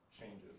changes